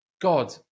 God